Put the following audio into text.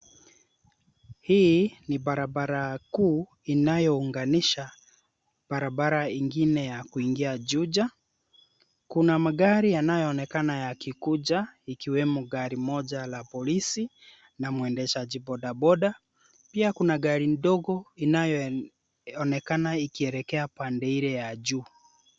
Hii ni barabara kuu inayounganisha barabara ingine ya kuingia Juja. Kuna magari yanayoonekana yakikuja ikiwemo gari moja la polisi na mwendeshaji bodaboda .Pia kuna gari dogo inayoonekana ikielekea pande ile ya juu.